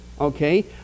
okay